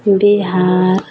Bihar